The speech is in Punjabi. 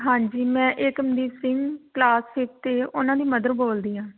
ਹਾਂਜੀ ਮੈਂ ਏਕਮਦੀਪ ਸਿੰਘ ਕਲਾਸ ਸਿਕਸ ਅਤੇ ਉਹਨਾਂ ਦੀ ਮਦਰ ਬੋਲਦੀ ਹਾਂ